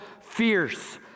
fierce